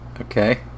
Okay